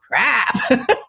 crap